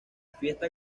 fiesta